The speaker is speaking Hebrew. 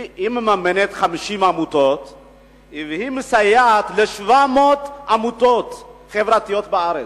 היא מממנת 50 עמותות ומסייעת ל-700 עמותות חברתיות בארץ.